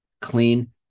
clean